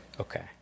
Okay